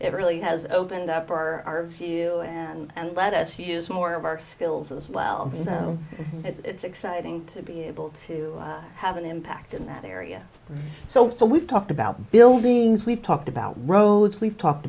it really has opened up our view and let us use more of our skills as well so it's exciting to be able to have an impact in that area so so we've talked about buildings we've talked about roads we've talked